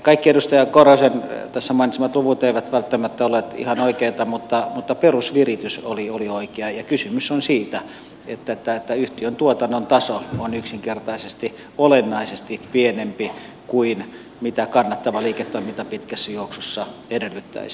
kaikki edustaja korhosen tässä mainitsemat luvut eivät välttämättä olleet ihan oikeita mutta perusviritys oli oikea ja kysymys on siitä että yhtiön tuotannon taso on yksinkertaisesti olennaisesti pienempi kuin mitä kannattava liiketoiminta pitkässä juoksussa edellyttäisi